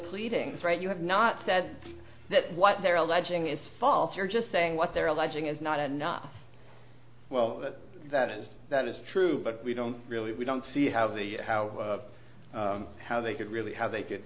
pleadings right you have not said that what they're alleging is false you're just saying what they're alleging is not a not well that that is that is true but we don't really we don't see how the how of how they could really how they